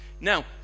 now